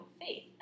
faith